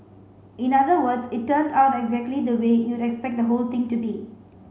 in other words it turned out exactly the way you'd expect the whole thing to be